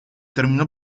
terminó